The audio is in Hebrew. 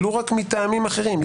ולו רק מטעמים אחרים,